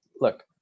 look